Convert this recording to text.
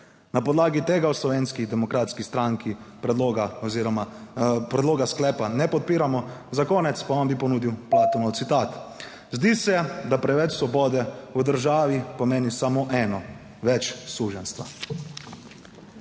Na podlagi tega v Slovenski demokratski stranki predloga oziroma predloga sklepa ne podpiramo. Za konec pa vam bi ponudil Platonov citat: »Zdi se, da preveč svobode v državi pomeni samo eno – več suženjstva.«